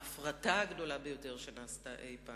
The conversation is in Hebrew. ההפרטה הגדולה ביותר שנעשתה אי-פעם,